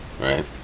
right